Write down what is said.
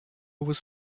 was